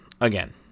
again